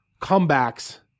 comebacks